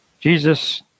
Jesus